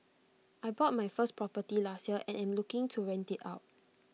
I bought my first property last year and am looking to rent IT out